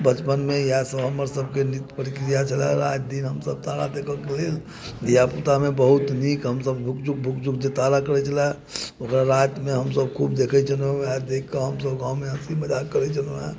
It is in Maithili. बचपनमे इएह सब हमर सबके नित परकिरिया छ्लएहें राति दिन तारा देखऽके लेल धीया पुतामे बहुत नीक हमसब भुक जुक भुक जुक जे तारा करै छलए ओकर रातिमे हमसब खूब देखै छलौहें वएह देखके गावँ मे हमसब हँसी मजाक करै छलौ हें